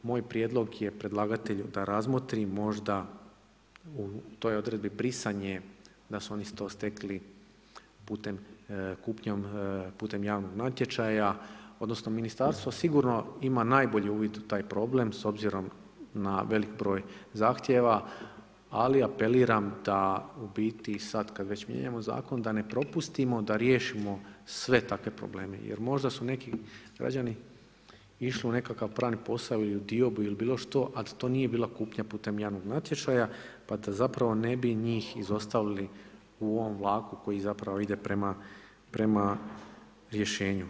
I moj prijedlog je predlagatelju da razmotri možda u toj odredbi brisanje da su oni to stekli kupnjom putem javnog natječaja odnosno ministarstvo sigurno ima najbolji uvid u taj problem s obzirom na velik broj zahtjeva, ali apeliram da u biti sada kada već mijenjamo zakon da ne propustimo da riješimo sve takve probleme jer možda su neki građani išli u nekakav pravni posao ili u diobu ili bilo što, a da to nije bila kupnja putem javnog natječaja pa da ne bi njih izostavili u ovom vlaku koji ide prama rješenju.